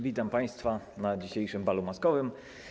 Witam państwa na dzisiejszym balu maskowym.